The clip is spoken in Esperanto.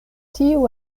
tiu